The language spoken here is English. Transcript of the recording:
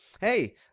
hey